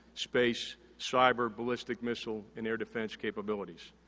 space, cyber, ballistic missile, and their defense capabilities.